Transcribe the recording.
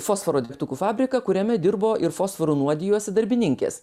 fosforo degtukų fabriką kuriame dirbo ir fosforu nuodijosi darbininkės